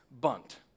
bunt